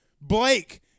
Blake